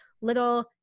Little